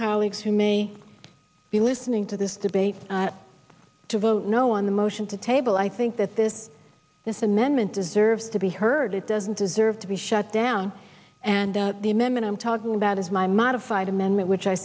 colleagues who may be listening to this debate to vote no on the motion to table i think that this this amendment deserves to be heard it doesn't deserve to be shut down and the amendment i'm talking about is my modified amendment which i